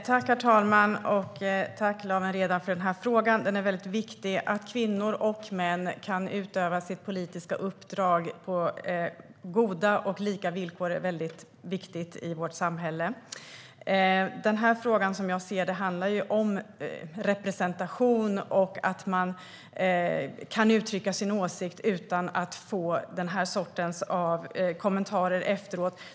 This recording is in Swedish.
Herr talman! Tack, Lawen Redar, för frågan. Den är väldigt viktig. Att kvinnor och män kan utöva sitt politiska uppdrag på goda och lika villkor är väldigt viktigt i vårt samhälle. Som jag ser det handlar frågan representation och att man kan uttrycka sin åsikt utan att få den här sortens kommentarer efteråt.